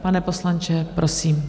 Pane poslanče, prosím.